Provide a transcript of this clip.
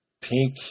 pink